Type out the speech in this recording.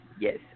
Yes